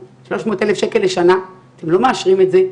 300,000 שקל לשנה, ואתם לא מאשרים את זה.